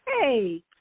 Hey